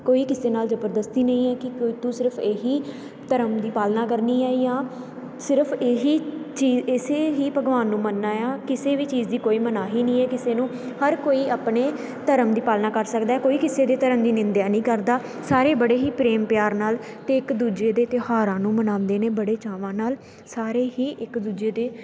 ਕੋਈ ਕਿਸੇ ਨਾਲ ਜ਼ਬਰਦਸਤੀ ਨਹੀਂ ਹੈ ਕਿ ਸਿਰਫ਼ ਇਹੀ ਧਰਮ ਦੀ ਪਾਲਣਾ ਕਰਨੀ ਹੈ ਜਾਂ ਸਿਰਫ਼ ਇਹੀ ਚੀ ਇਸੇ ਹੀ ਭਗਵਾਨ ਨੂੰ ਮੰਨਣਾ ਹੈ ਕਿਸੇ ਵੀ ਚੀਜ਼ ਦੀ ਕੋਈ ਮਨਾਹੀ ਨਹੀਂ ਹੈ ਕਿਸੇ ਨੂੰ ਹਰ ਕੋਈ ਆਪਣੇ ਧਰਮ ਦੀ ਪਾਲਣਾ ਕਰ ਸਕਦਾ ਹੈ ਕੋਈ ਕਿਸੇ ਦੇ ਧਰਮ ਦੀ ਨਿੰਦਿਆ ਨਹੀਂ ਕਰਦਾ ਸਾਰੇ ਬੜੇ ਹੀ ਪ੍ਰੇਮ ਪਿਆਰ ਨਾਲ ਅਤੇ ਇੱਕ ਦੂਜੇ ਦੇ ਤਿਉਹਾਰਾਂ ਨੂੰ ਮਨਾਉਂਦੇ ਨੇ ਬੜੇ ਚਾਵਾਂ ਨਾਲ ਸਾਰੇ ਹੀ ਇੱਕ ਦੂਜੇ ਦੇ